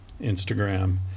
Instagram